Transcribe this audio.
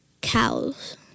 cows